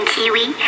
Kiwi